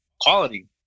Quality